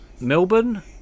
Melbourne